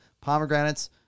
pomegranates